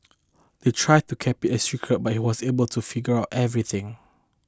they tried to keep it a secret but he was able to figure everything